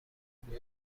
بود